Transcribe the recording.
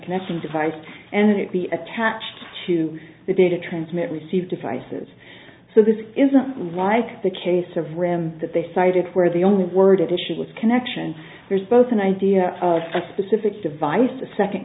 connecting device and it be attached to the data transmit receive devices so this isn't like the case of ram that they cited where the only word addition was connection there's both an idea of a specific device a second